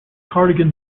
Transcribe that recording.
cardigan